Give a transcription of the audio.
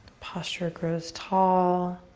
posture grows tall.